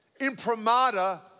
imprimatur